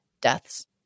deaths